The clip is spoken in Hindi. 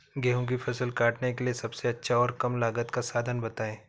गेहूँ की फसल काटने के लिए सबसे अच्छा और कम लागत का साधन बताएं?